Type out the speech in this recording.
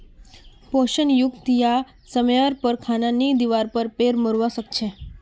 पोषण युक्त या समयर पर खाना नी दिवार पर भेड़ मोरवा सकछे